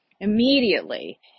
immediately